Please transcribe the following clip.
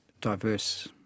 diverse